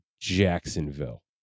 Jacksonville